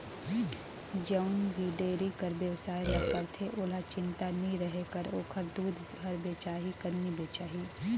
जउन भी डेयरी कर बेवसाय ल करथे ओहला चिंता नी रहें कर ओखर दूद हर बेचाही कर नी बेचाही